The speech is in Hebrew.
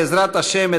בעזרת השם,